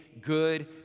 good